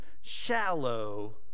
shallow